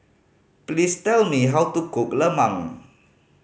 please tell me how to cook lemang